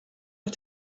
auf